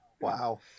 wow